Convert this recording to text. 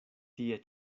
tie